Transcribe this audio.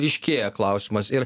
ryškėja klausimas ir